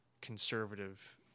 conservative